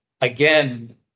again